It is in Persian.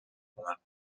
کمک